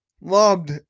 loved